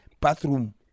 bathroom